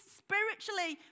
spiritually